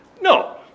No